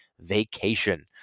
vacation